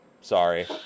Sorry